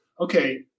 okay